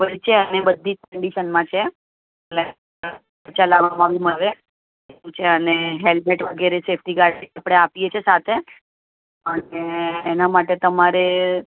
બધી જ છે અને બધી જ કન્ડિશનમાં છે એટલે ચલાવવામાં બી આવે અને હેલમેટ વગેરે સેફટી ગાર્ડ આપણે આપીએ છે સાથે અને એના માટે તમારે